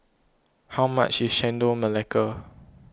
how much is Chendol Melaka